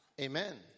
Amen